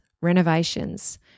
renovations